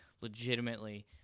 legitimately